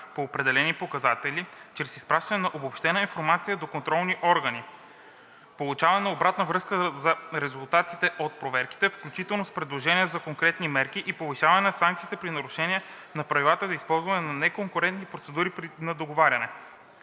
по определени показатели чрез изпращане на обобщена информация до контролни органи; получаване на обратна връзка за резултатите от проверките, включително с предложения за конкретни мерки, и повишаване на санкциите при нарушение на правилата за използване на неконкурентни процедури на договаряне.